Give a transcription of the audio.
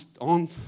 on